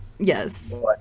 Yes